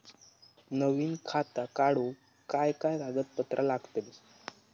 नवीन खाता काढूक काय काय कागदपत्रा लागतली?